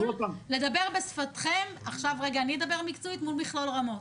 לדבר בשפתכם עכשיו אני אדבר מקצועית מול מכלול רמו"ט.